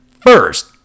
First